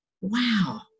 wow